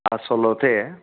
आसलते